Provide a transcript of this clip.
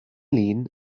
lin